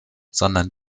sondern